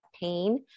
pain